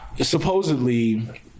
supposedly